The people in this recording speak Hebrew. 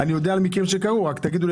אני יודע על מקרים שקרו אבל תגידו לי